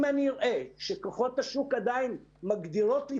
אם אני אראה שכוחות השוק עדיים מגדירים לי